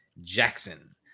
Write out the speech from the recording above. Jackson